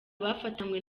bafatanywe